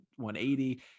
180